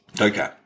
Okay